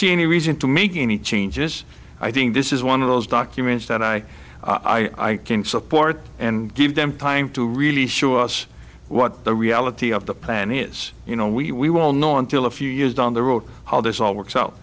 any reason to make any changes i think this is one of those documents that i i can support and give them time to really show us what the reality of the plan is you know we won't know until a few years down the road how this all works out